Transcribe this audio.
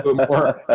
but more ah ah